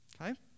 Okay